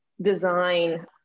design